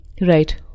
Right